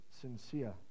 sincere